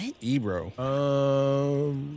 Ebro